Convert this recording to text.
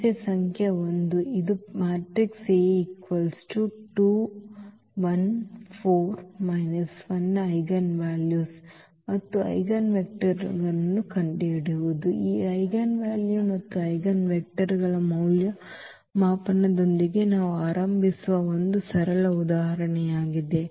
ಸಮಸ್ಯೆ ಸಂಖ್ಯೆ 1 ಇದು ಈ ಮ್ಯಾಟ್ರಿಕ್ಸ್ ನ ಐಜೆನ್ ವ್ಯಾಲ್ಯೂಸ್ ಮತ್ತು ಐಜೆನ್ವೆಕ್ಟರ್ಗಳನ್ನು ಕಂಡುಹಿಡಿಯುವುದು ಈ ಐಜೆನ್ವಾಲ್ಯೂ ಮತ್ತು ಐಜೆನ್ವೆಕ್ಟರ್ಗಳ ಮೌಲ್ಯಮಾಪನದೊಂದಿಗೆ ನಾವು ಆರಂಭಿಸುವ ಒಂದು ಸರಳ ಉದಾಹರಣೆಯಾಗಿದೆ